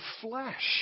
flesh